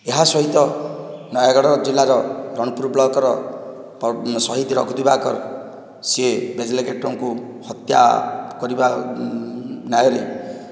ଏହା ସହିତ ନୟାଗଡ଼ ଜିଲ୍ଲାର ରଣପୁର ବ୍ଲକର ସହିଦ ରବି ଦିବାକର ସେ ବେଜେଲ ଗେଟଙ୍କୁ ହତ୍ୟା କରିବା ନ୍ୟାୟରେ